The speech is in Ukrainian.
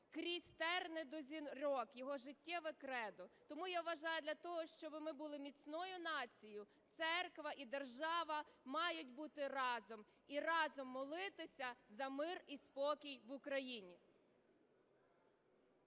"Крізь терни до зірок" – його життєве кредо. Тому я вважаю, для того, щоб ми були міцною нацією, церква і держава мають бути разом і разом молитися за мир і спокій в Україні.